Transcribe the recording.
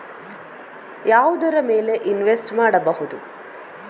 ಯಾವುದರ ಮೇಲೆ ಇನ್ವೆಸ್ಟ್ ಮಾಡಬಹುದು?